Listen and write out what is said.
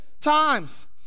times